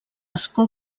escó